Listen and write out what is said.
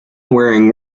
wearing